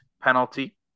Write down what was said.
penalty